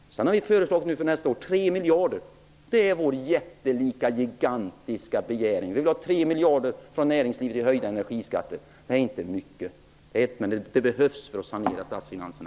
Vi har föreslagit den jättelika, gigantiska summan av 3 miljarder, som vi vill ha in från näringslivet genom höjning av energiskatterna. Det är inte mycket, men det behövs för att sanera statsfinanserna.